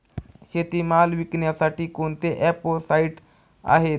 शेतीमाल विकण्यासाठी कोणते ॲप व साईट आहेत?